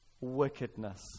wickedness